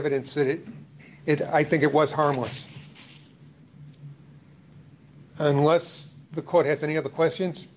evidence that it it i think it was harmless unless the court has any other questions